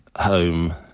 home